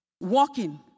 walking